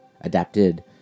adapted